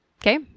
Okay